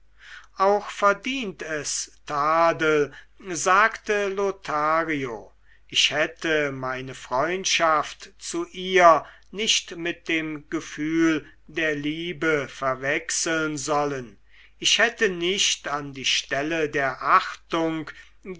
auch verdient es tadel sagte lothario ich hätte meine freundschaft zu ihr nicht mit dem gefühl der liebe verwechseln sollen ich hätte nicht an die stelle der achtung